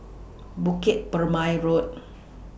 Bukit Purmei Road